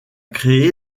créé